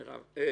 מרב.